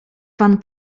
pan